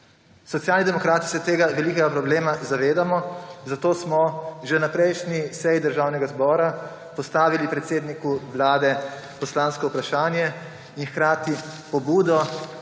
Socialni demokrati se tega velikega problema zavedamo, zato smo že na prejšnji seji Državnega zbora postavili predsedniku Vlade poslansko vprašanje in hkrati pobudo,